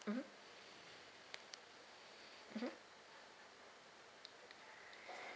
mmhmm mmhmm